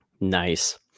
nice